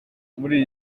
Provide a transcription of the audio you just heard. muri